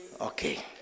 okay